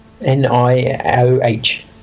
N-I-O-H